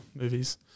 movies